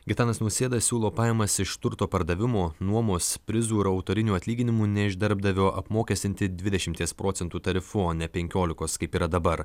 gitanas nausėda siūlo pajamas iš turto pardavimo nuomos prizų ir autorinių atlyginimų ne iš darbdavio apmokestinti dvidešimties procentų tarifu ne penkiolikos kaip yra dabar